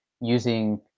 using